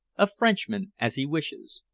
a frenchman, as he wishes.